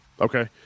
Okay